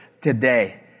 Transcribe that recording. today